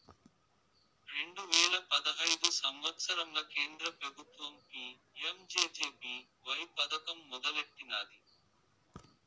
రెండు వేల పదహైదు సంవత్సరంల కేంద్ర పెబుత్వం పీ.యం జె.జె.బీ.వై పదకం మొదలెట్టినాది